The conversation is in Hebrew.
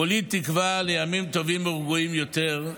כולי תקווה לימים טובים ורגועים יותר.